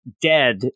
Dead